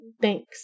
Thanks